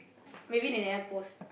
maybe they never post ah